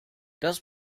das